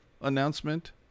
announcement